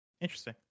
Interesting